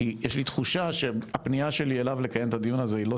כי יש לי תחושה שהפנייה שלי אליו לקיים את הדיון הזה היא לא